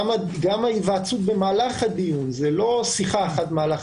גם ההיוועצות במהלך הדיון זה לא שיחה אחת במהלך